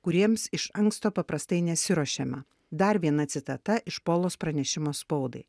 kuriems iš anksto paprastai nesiruošiame dar viena citata iš polos pranešimo spaudai